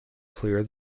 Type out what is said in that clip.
clear